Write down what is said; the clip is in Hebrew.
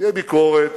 תהיה ביקורת.